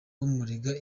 bumurega